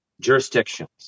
jurisdictions